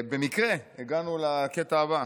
במקרה הגענו לקטע הבא: